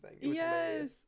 yes